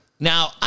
Now